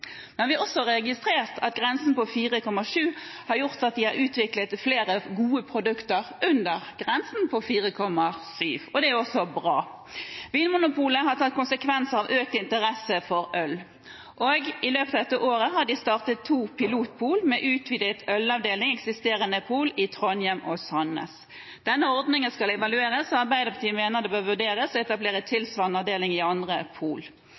Vi har også registrert at grensen på 4,7 volumprosent har ført til at flere gode produkter under grensen på 4,7 er utviklet, og det er bra. Vinmonopolet har tatt konsekvensene av økt interesse for øl. I løpet av dette året har de startet to pilot-pol med utvidet ølavdeling i eksisterende pol, i Trondheim og i Sandnes. Denne ordningen skal evalueres. Arbeiderpartiet mener det bør vurderes å etablere en tilsvarende avdeling i andre pol.